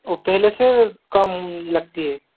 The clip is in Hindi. और पहले से कम लगती है